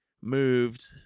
moved